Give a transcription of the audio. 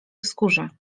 wzgórze